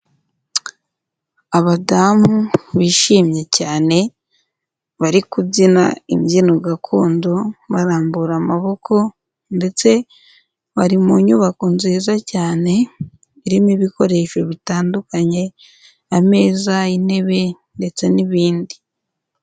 Abadamu bishimye cyane bari kubyina imbyino gakondo barambura amaboko ndetse bari mu nyubako nziza cyane irimo ibikoresho bitandukanye ameza, intebe ndetse n'ibindi.